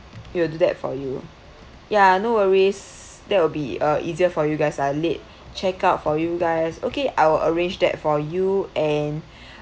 we will do that for you ya no worries there will be uh easier for you guys are late check out for you guys okay I'll arrange that for you and